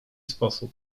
sposób